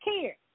care